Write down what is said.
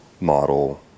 model